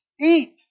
eat